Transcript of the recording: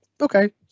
okay